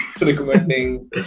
Recommending